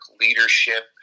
leadership